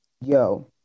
yo